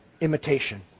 imitation